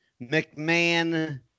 McMahon